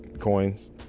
Coins